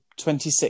26